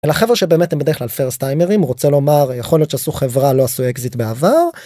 החבר'ה שבאמת בדרך כלל פרסטיימרים רוצה לומר יכול להיות שעשו חברה לא עשו אקזיט בעבר.